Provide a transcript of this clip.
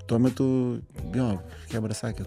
tuo metu jo chebra sakė